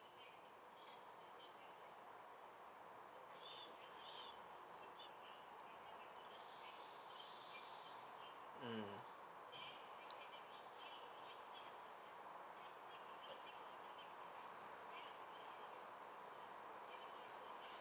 mm